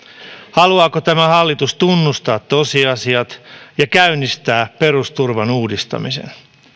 haluaako tämä hallitus tunnustaa tosiasiat ja käynnistää perusturvan uudistamisen